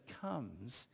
comes